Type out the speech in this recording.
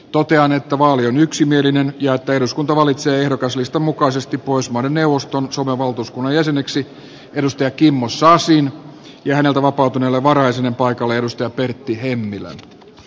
totean että vaali on yksimielinen ja että eduskunta valitsee ehdokaslistan mukaisesti pohjoismaiden neuvoston suomen valtuuskunnan jäseneksi kimmo sasin ja häneltä vapautuneelle varajäsenen paikalle pertti hemmilä